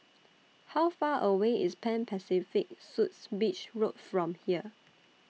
How Far away IS Pan Pacific Suites Beach Road from here